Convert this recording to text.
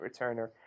returner